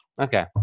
Okay